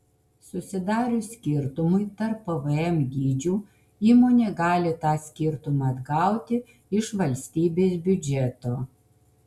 susidarius skirtumui tarp pvm dydžių įmonė gali tą skirtumą atgauti iš valstybės biudžeto